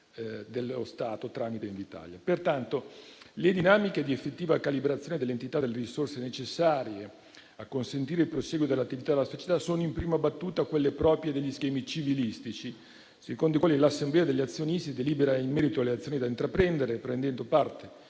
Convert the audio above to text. Pertanto, le dinamiche di effettiva calibrazione dell'entità delle risorse necessarie a consentire il prosieguo dell'attività della società sono in prima battuta quelle proprie degli schemi civilistici, secondo i quali l'assemblea degli azionisti delibera in merito alle azioni da intraprendere, prendendo parte,